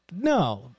No